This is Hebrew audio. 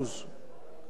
מה, זה צודק?